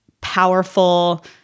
powerful